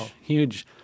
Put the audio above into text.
huge